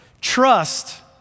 Trust